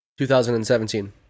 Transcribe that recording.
2017